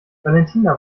valentina